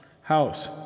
house